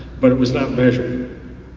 but it was not measured.